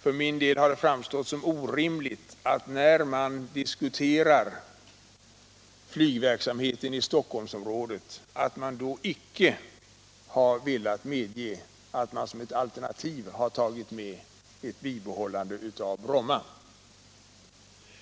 För mig har det framstått som orimligt att man, när man diskuterat Nygverksamheten i Stockholmsområdet, icke har velat medge att man som ett utredningsalternativ fått ta med bibehållandet av Bromma.